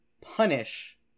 punish